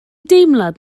deimlad